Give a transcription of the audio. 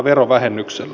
verovähennyksellä